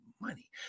money